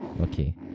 okay